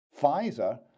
Pfizer